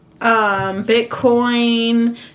Bitcoin